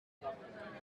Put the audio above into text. our